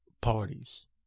parties